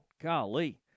Golly